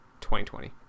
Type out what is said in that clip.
2020